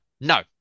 No